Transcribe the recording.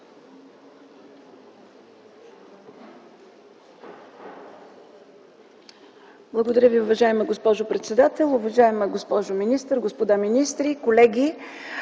Благодаря Ви, уважаема госпожо председател. Уважаема госпожо министър, господа министри, колеги!